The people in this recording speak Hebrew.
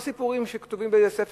אלה לא סיפורים שכתובים באיזה ספר,